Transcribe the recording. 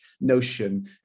notion